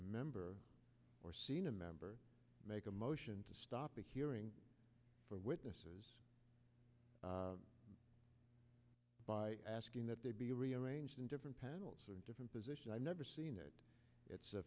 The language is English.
member or seen a member make a motion to stop a hearing for witnesses by asking that they be rearranged in different panels or different positions i never seen it it's the